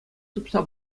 тупса